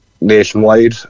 nationwide